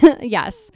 Yes